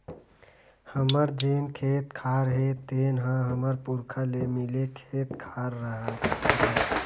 हमर जेन खेत खार हे तेन ह हमर पुरखा ले मिले खेत खार हरय